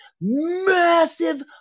massive